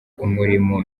umurimo